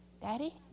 Daddy